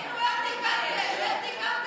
תתבייש.